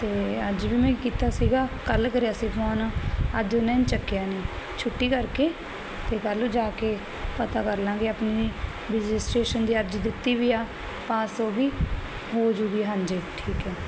ਤੇ ਅੱਜ ਵੀ ਮੈਂ ਕੀਤਾ ਸੀਗਾ ਕੱਲ ਕਰਿਆ ਸੀ ਫੋਨ ਅੱਜ ਉਹਨਾਂ ਨੂੰ ਚੱਕਿਆ ਨਹੀਂ ਛੁੱਟੀ ਕਰਕੇ ਤੇ ਕੱਲ ਨੂੰ ਜਾ ਕੇ ਪਤਾ ਕਰ ਲਾਂਗੇ ਆਪਣੀ ਰਜਿਸਟਰੇਸ਼ਨ ਦੀ ਅਰਜੀ ਦਿੱਤੀ ਵੀ ਆ ਪਾਸ ਹੋਗੀ ਹੋਜੂਗੀ ਹਾਂਜੀ ਠੀਕ ਹੈ